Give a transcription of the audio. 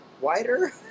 wider